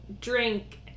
drink